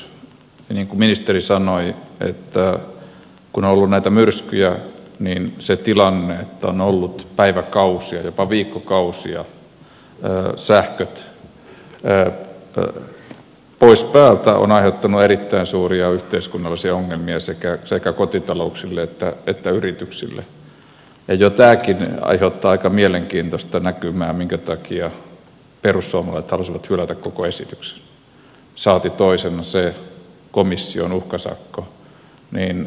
niin kuin ministeri sanoi kun on ollut näitä myrskyjä niin se tilanne että on ollut päiväkausia jopa viikkokausia sähköt pois päältä on aiheuttanut erittäin suuria yhteiskunnallisia ongelmia sekä kotitalouksille että yrityksille ja jo tämäkin aiheuttaa aika mielenkiintoista näkymää minkä takia perussuomalaiset halusivat hylätä koko esityksen saati toisena se komission uhkasakko